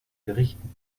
berichten